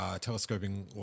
Telescoping